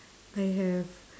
I have